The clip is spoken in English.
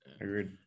agreed